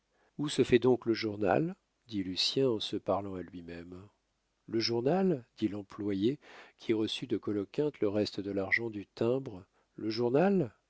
où se fait donc le journal dit lucien en se parlant à lui-même le journal dit l'employé qui reçut de coloquinte le reste de l'argent du timbre le journal